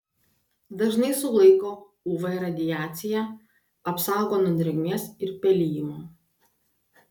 dažai sulaiko uv radiaciją apsaugo nuo drėgmės ir pelijimo